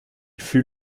fut